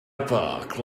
epoch